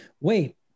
wait